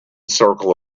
circle